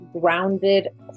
grounded